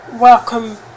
Welcome